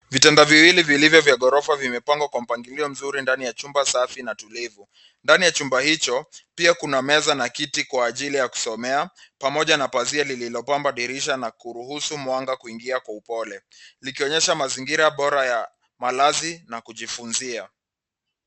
Vitanda viwili vilivyo vya ghorofa vimepangwa kwa mpangilio mzuri ndani ya jumba safi na tulivu ndani ya jumba hicho pia kuna meza na kiti kwa ajili ya kusomea pamoja na pazia lililo pamba dirisha na kuruhusu mwanga kuingia kwa upole, likionyesha mazingira poa wa malazi na kujifunzia.